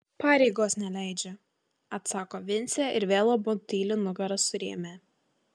pareigos neleidžia atsako vincė ir vėl abu tyli nugaras surėmę